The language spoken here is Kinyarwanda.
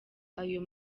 ayo